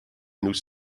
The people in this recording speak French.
nous